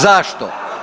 Zašto?